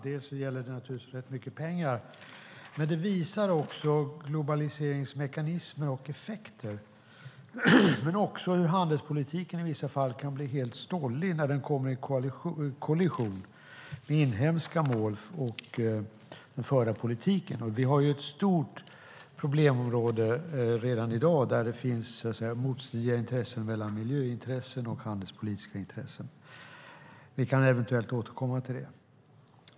Det gäller naturligtvis rätt mycket pengar, men det visar också globaliseringens mekanismer och effekter och hur handelspolitiken i vissa fall kan bli helt stollig när den kommer i kollision med inhemska mål och den förda politiken. Vi har ett stort problemområde redan i dag där det finns motstridigheter mellan miljöintressen och handelspolitiska intressen. Vi kan eventuellt återkomma till det.